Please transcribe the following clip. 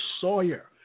Sawyer